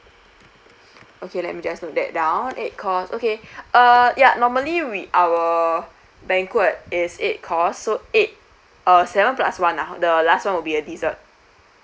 okay let me just note that down eight course okay ah yeah normally with our banquet is eight course so eight uh seven plus one ah the last one will be a dessert